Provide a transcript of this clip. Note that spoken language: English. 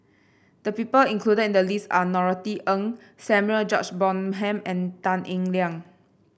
the people included in the list are Norothy Ng Samuel George Bonham and Tan Eng Liang